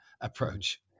approach